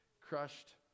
crushed